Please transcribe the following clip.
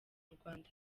rwanda